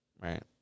Right